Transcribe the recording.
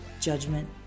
Judgment